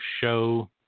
show